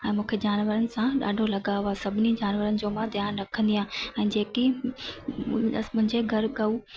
ऐं मूंखे जानवरनि सां ॾाढो लगाव आहे सभिनी जानवरनि जो मां ध्यानु रखंदी आहियां ऐं जेकी मुंहिंजे घरु गऊ